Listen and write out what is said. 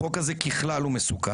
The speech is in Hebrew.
החוק הזה ככלל הוא מסוכן.